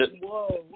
whoa